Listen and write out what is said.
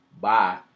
Bye